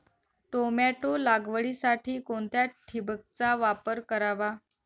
Tomato लागवडीसाठी कोणत्या ठिबकचा वापर करावा?